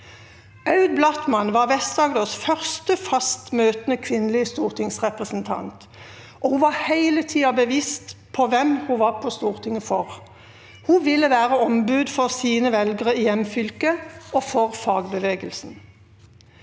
Aud Blattmann var Vest-Agders første fast møtende kvinnelige stortingsrepresentant, og hun var hele tida bevisst på hvem hun var på Stortinget for. Hun ville være ombud for sine velgere i hjemfylket og for fagbevegelsen.